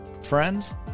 Friends